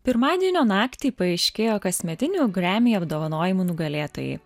pirmadienio naktį paaiškėjo kasmetinių gremy apdovanojimų nugalėtojai